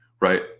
right